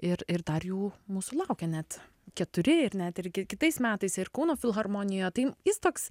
ir ir dar jų mūsų laukia net keturi ir net irgi kitais metais ir kauno filharmonija tai jis toks